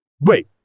Wait